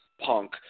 punk